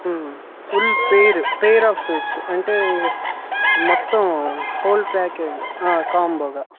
full pair pair of suits అంటే మొత్తం whole package కాంబోగా